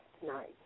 tonight